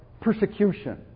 persecution